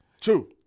True